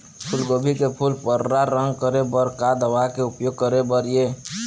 फूलगोभी के फूल पर्रा रंग करे बर का दवा के उपयोग करे बर ये?